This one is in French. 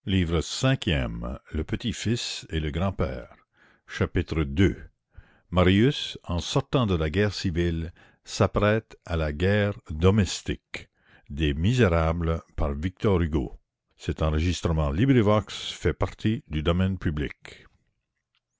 ii marius en sortant de la guerre civile s'apprête à la guerre domestique